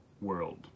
world